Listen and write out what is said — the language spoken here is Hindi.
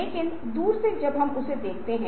और बुद्धिमानी से बात करें